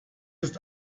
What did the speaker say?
ist